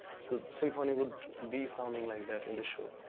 so symphony would be sounding like that in the show.